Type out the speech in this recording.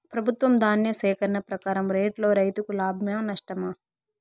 ప్రభుత్వం ధాన్య సేకరణ ప్రకారం రేటులో రైతుకు లాభమేనా నష్టమా?